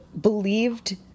believed